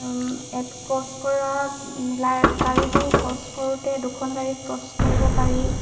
at cross কৰা গাড়ীবোৰ cross কৰোঁতে দুখন গাড়ী ক্ৰছ কৰিব পাৰি